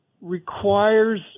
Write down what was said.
requires